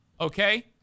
Okay